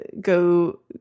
go